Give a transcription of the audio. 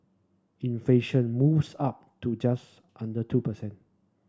inflation moves up to just under two percent